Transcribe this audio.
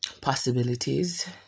Possibilities